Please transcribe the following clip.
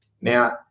Now